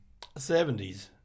70s